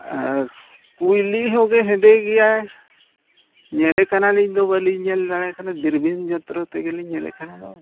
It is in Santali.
ᱟᱨ ᱠᱩᱭᱞᱤ ᱦᱚᱸᱜᱮ ᱦᱮᱸᱫᱮ ᱜᱮᱭᱟᱭ ᱧᱮᱞᱮ ᱠᱟᱱᱟᱞᱤᱧ ᱫᱚ ᱵᱟᱞᱤᱧ ᱧᱮᱞ ᱫᱟᱲᱮᱭᱟᱭ ᱠᱟᱱᱟ ᱫᱩᱨᱵᱤᱱ ᱡᱚᱱᱛᱨᱚ ᱛᱮᱜᱮᱞᱤᱧ ᱧᱮᱞᱮ ᱠᱟᱱᱟᱭ ᱫᱚ